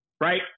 right